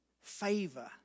favor